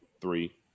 three